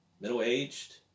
Middle-aged